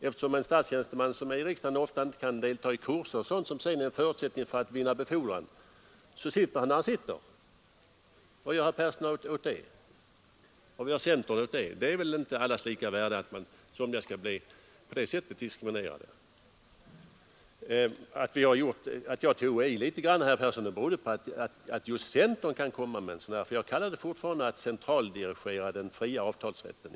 Eftersom en statstjänsteman som är i riksdagen ofta inte kan delta i kurser och sådant som är förutsättningen för att vinna befordran, sitter han där han sitter. Vad gör herr Persson åt det? Och vad gör centern åt det? Det är väl inte allas lika värde att somliga skall bli diskriminerade på det sättet? Anledningen till att jag tog i litet är att jag reagerar mot att just centern kan komma med ett sådant här förslag. Jag kallar det fortfarande att försöka centraldirigera den fria avtalsrätten.